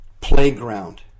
playground